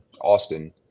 Austin